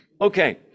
Okay